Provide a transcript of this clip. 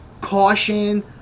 caution